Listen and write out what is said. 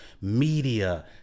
media